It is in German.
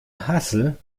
hassel